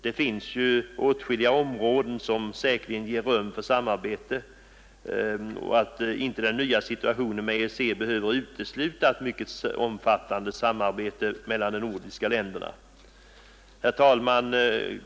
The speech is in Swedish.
Det finns så många områden som säkerligen ger rum för samarbete att inte den nya situationen med EEC behöver utesluta ett mycket omfattande samarbete mellan de nordiska länderna. Herr talman!